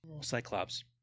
Cyclops